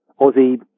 Aussie